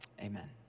Amen